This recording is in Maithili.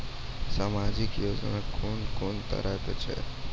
समाजिक योजना कून कून तरहक छै?